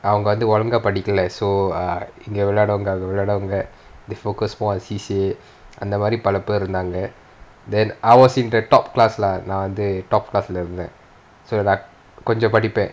அவங்க வந்து ஒழுங்கா படிக்கல:avanaga vanthu olunga padikala so err இங்க விளையாடுவாங்க அங்க விளையாடுவாங்க:inga vilaiyaaduvaanga anga vilaiyaaduvaanga they focus more on C_C_A அந்த மாரி:antha maari bala பெரு இருந்தாங்க:peru irunthanga then I was in the top class lah நான் வந்து:naan vanthu top class leh இருந்தேன்:irunthaen so கொஞ்சம் படிப்பேன்:konjam padipaen